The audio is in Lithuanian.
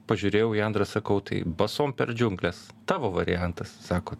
pažiūrėjau į andrą sakau tai basom per džiungles tavo variantas sako